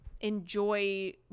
enjoy